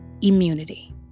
immunity